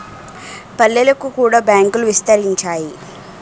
పల్లెలకు కూడా బ్యాంకులు విస్తరించాయి